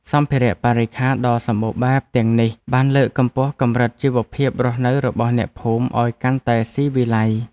សម្ភារៈបរិក្ខារដ៏សម្បូរបែបទាំងនេះបានលើកកម្ពស់កម្រិតជីវភាពរស់នៅរបស់អ្នកភូមិឱ្យកាន់តែស៊ីវិល័យ។